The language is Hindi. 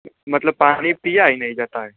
मतलब पानी पिया ही नहीं जाता है